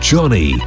Johnny